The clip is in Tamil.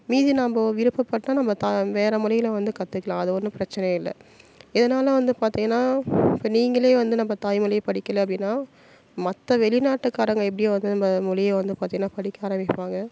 மீதி நாம் விருப்பப்பட்டால் நம்ம வேறு மொழிகள வந்து கற்றுக்கலாம் அது ஒன்றும் பிரச்சனை இல்லை இதனால் வந்து பார்த்திங்கனா இப்போ நீங்களே வந்து நம்ம தாய்மொழிய படிக்கலை அப்படின்னா மற்ற வெளிநாட்டுக்காரங்க எப்படி வந்து நம்ம மொழிய வந்து பார்த்திங்கனா படிக்க ஆரம்பிப்பாங்க